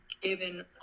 given